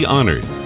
Honored